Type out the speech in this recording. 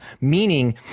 Meaning